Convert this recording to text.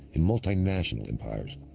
in multinational empires.